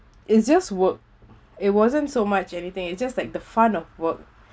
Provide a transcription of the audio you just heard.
it's just work it wasn't so much anything it's just like the fun of work